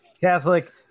Catholic